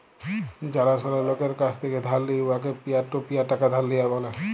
জালাশলা লকের কাছ থ্যাকে ধার লিঁয়ে উয়াকে পিয়ার টু পিয়ার টাকা ধার দিয়া ব্যলে